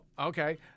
okay